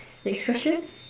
next question